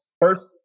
first